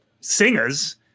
singers